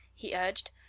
he urged.